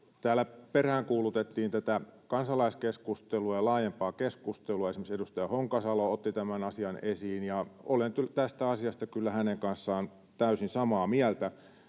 Täällä peräänkuulutettiin tätä kansalaiskeskustelua ja laajempaa keskustelua. Esimerkiksi edustaja Honkasalo otti tämän asian esiin, ja olen tästä asiasta kyllä hänen kanssaan täysin samaa mieltä,